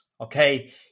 okay